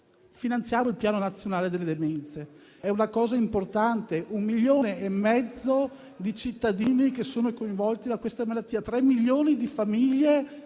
finanziamo il Piano nazionale demenze. È una cosa importante: un milione e mezzo di cittadini sono coinvolti da questa malattia, tre milioni di famiglie